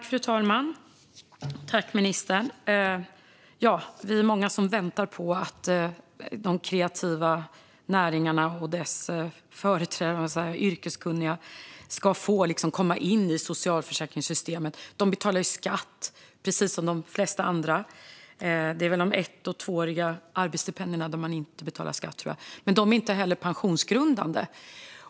Fru talman! Jag tackar ministern för detta. Vi är många som väntar på att de kreativa näringarna och de yrkeskunniga där ska få komma in i socialförsäkringssystemet. De betalar skatt precis som de flesta andra. Jag tror att man inte betalar skatt för de ett och tvååriga arbetsstipendierna, men de är inte heller pensionsgrundande.